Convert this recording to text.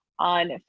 On